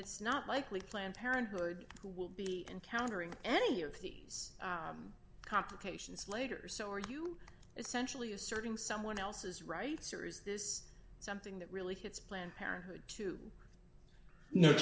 it's not likely planned parenthood will be encountering any of these complications later so are you essentially asserting someone else's rights or is this something that really hits planned parenthood to kno